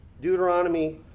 Deuteronomy